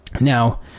Now